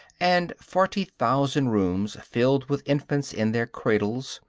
and forty thousand rooms filled with infants in their cradles,